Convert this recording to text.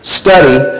study